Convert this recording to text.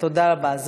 תודה רבה.